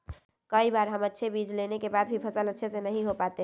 कई बार हम अच्छे बीज लेने के बाद भी फसल अच्छे से नहीं हो पाते हैं?